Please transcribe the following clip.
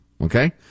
Okay